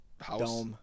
house